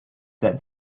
that